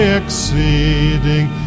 exceeding